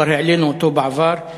כבר העלינו אותו בעבר,